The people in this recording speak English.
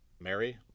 Mary